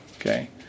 okay